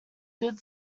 good